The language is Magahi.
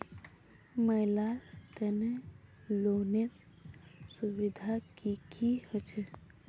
महिलार तने लोनेर सुविधा की की होचे?